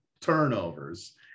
turnovers